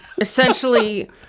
essentially